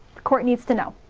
the court needs to know,